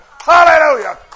Hallelujah